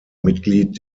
mitglied